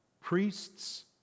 priests